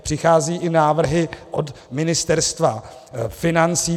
Přicházejí i návrhy od Ministerstva financí.